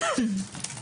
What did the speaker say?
התשפ"ב-2022).